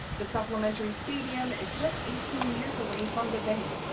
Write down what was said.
the supplementary stadium is just eighteen meters away from the venue,